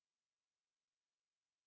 asal aku punya tak jalan sia